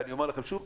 ואני אומר לכם שוב,